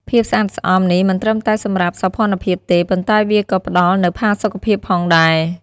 ភាពស្អាតស្អំនេះមិនត្រឹមតែសម្រាប់សោភ័ណភាពទេ ប៉ុន្តែវាក៏ផ្តល់នូវផាសុកភាពផងដែរ។